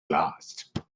last